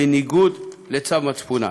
בניגוד לצו מצפונם.